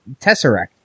Tesseract